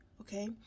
okay